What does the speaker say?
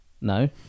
no